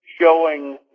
showing